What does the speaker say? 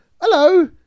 hello